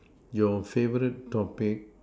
your favorite topic